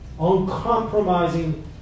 uncompromising